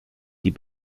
die